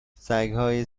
سگهای